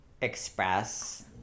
express